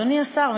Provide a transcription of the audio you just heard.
אדוני השר,